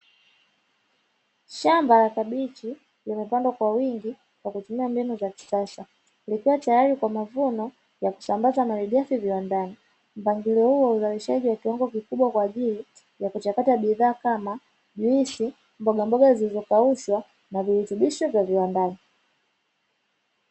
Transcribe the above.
Shamba la kabichi limepandwa kwa wingi kwa kutumia mbinu za kisasa, likiwa tayari kwa mavuno ya kusambaza malighafi viwandani, mpangilio huo wa uzalishaji wa kiwango kikubwa kwa ajili ya kuchakata bidhaa kama juisi, mbogamboga zilizokaushwa na virutubisho vya viwandani.